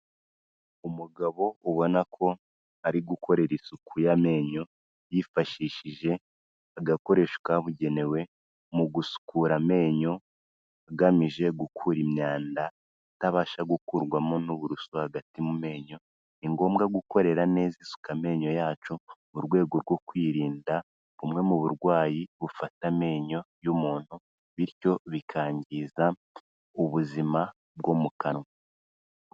Umugabo ubona ko ari gukorera isuku y'amenyo yifashishije agakoresho kabugenewe mu gusukura amenyo agamije gukura imyanda itabasha gukurwamo n'uburusu hagati mu menyo. Ni ngombwa gukorera neza isuka amenyo yacu mu rwego rwo kwirinda bumwe mu burwayi bufata amenyo y'umuntu bityo bikangiza ubuzima bwo mu kanwa.